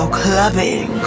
clubbing